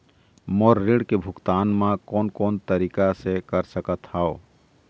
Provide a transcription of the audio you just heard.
मोर ऋण के भुगतान म कोन कोन तरीका से कर सकत हव?